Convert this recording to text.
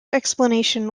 explanation